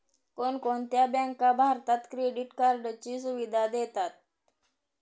कोणकोणत्या बँका भारतात क्रेडिट कार्डची सुविधा देतात?